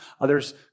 Others